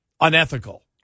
unethical